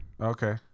Okay